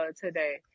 today